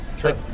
Sure